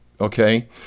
okay